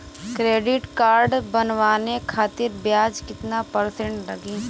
Credit card बनवाने खातिर ब्याज कितना परसेंट लगी?